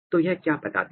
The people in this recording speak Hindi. तो यह क्या बताता है